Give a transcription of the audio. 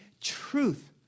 truth